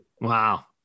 wow